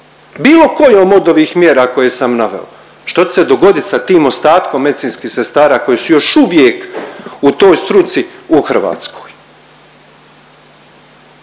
bilo kojom od ovih mjera koje sam naveo. Što će se dogodit sa tim ostatkom medicinskih sestra koje su još uvijek u toj struci u Hrvatskoj?